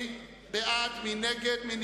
חברי הכנסת מוחמד ברכה,